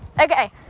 okay